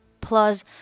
Plus